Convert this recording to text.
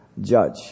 judge